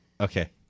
Okay